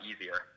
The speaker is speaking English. easier